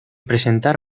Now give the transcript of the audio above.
presentar